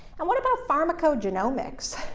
and what about pharmacogenomics?